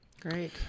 Great